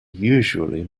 usually